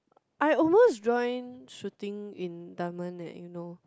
I almost join shooting in Dunman eh you know